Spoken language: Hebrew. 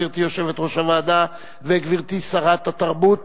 גברתי יושבת-ראש הוועדה וגברתי שרת התרבות,